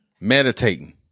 Meditating